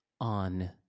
on